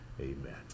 amen